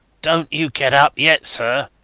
dont you get up yet, sir,